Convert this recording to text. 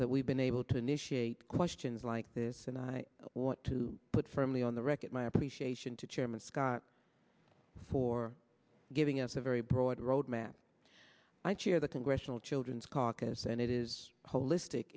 that we've been able to initiate questions like this and i want to put firmly on the record my appreciation to chairman scott for giving us a very broad roadmap i chair the congressional children's caucus and it is holistic